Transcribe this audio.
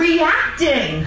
Reacting